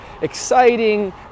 exciting